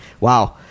Wow